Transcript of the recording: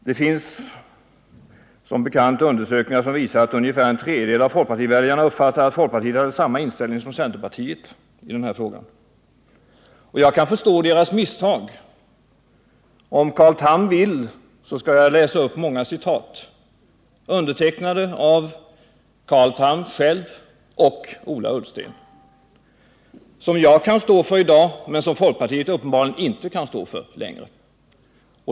Det finns som bekant undersökningar som visar att ungefär en tredjedel av folkpartiväljarna uppfattade det så att folkpartiet hade samma inställning som centerpartiet i denna fråga. Och jag kan förstå deras misstag. Om Carl Tham vill skall jag läsa upp många citat ur uttalanden gjorda av Carl Tham själv och av Ola Ullsten. Jag kan fortfarande instämma i dem, men folkpartiet kan uppenbarligen inte längre stå för dem.